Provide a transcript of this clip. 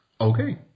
okay